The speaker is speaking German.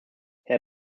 herr